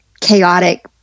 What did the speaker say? chaotic